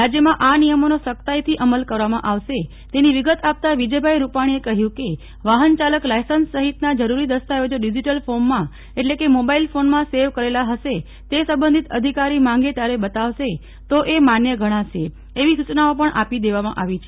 રાજ્યમાં આ નિયમો નો સખ્તાઈ થી અમલ કરવામાં આવશે તેની વિગત આપતા વિજય ભાઈ રૂપાણી એ કહ્યું કે વાહન ચાલક લાયસન્સ સહિત ના જરૂરી દસ્તાવેજો ડિજિટલ ફોર્મ માં એટલે કે મોબાઈલ ફોન માં સેવ કરેલા હશે તે સંબંધિત અધિકારી માગે ત્યારે બતાવશે તો એ માન્ય ગણાશે એવી સૂચનાઓ પણ આપી દેવામાં આવી છે